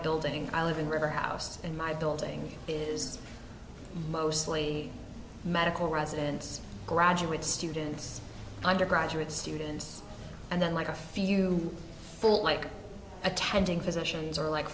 building i live in river house and my building is mostly medical residents graduate students undergraduate students and then like a few full like attending physicians or like